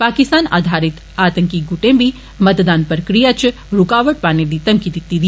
पाकिस्तान आधारित आतंकी गुटे बी मतदान प्रक्रिया च रुकावट पाने दी धमकी दिती ही